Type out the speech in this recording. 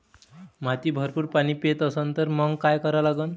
माती भरपूर पाणी पेत असन तर मंग काय करा लागन?